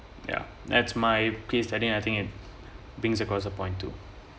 ya that's my case study I think I think it brings point two